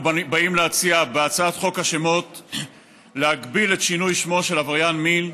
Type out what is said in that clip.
אנחנו באים להציע בהצעת חוק השמות להגביל את שינוי שמו של עבריין מין,